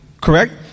Correct